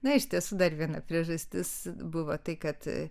na iš tiesų dar viena priežastis buvo tai kad